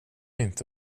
inte